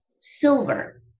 Silver